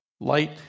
light